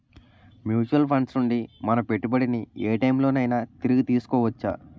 Mutual funds నుండి మన పెట్టుబడిని ఏ టైం లోనైనా తిరిగి తీసుకోవచ్చా?